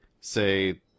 say